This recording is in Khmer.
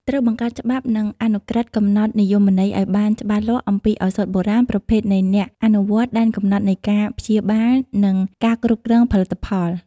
ត្រូវបង្កើតច្បាប់ និងអនុក្រឹត្យកំណត់និយមន័យឲ្យបានច្បាស់លាស់អំពីឱសថបុរាណ ប្រភេទនៃអ្នកអនុវត្ត ដែនកំណត់នៃការព្យាបាល និងការគ្រប់គ្រងផលិតផល។